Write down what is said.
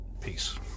Peace